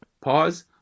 Pause